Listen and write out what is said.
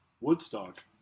Woodstock